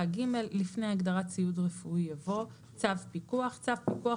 לפני ההגדרה "ציוד רפואי" יבוא" "צו פיקוח" צו פיקוח